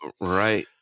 Right